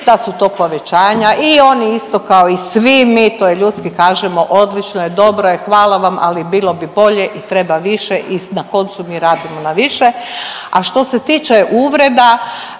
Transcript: da su to povećanja. I oni isto kao i svi mi to je ljudski kažemo odlično je, dobro je, hvala vam, ali bilo bi bolje i treba više i na koncu mi radimo na više. A što se tiče uvreda